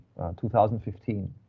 2015